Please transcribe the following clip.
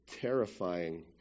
terrifying